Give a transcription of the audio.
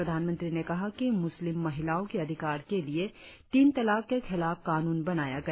प्रधानमंत्री ने कहा कि मुस्लिम महिलाओं के अधिकार के लिये तीन तलाक के खिलाफ कानून बनाया गया